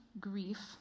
grief